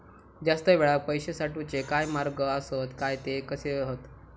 जास्त वेळाक पैशे साठवूचे काय मार्ग आसत काय ते कसे हत?